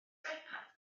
ipad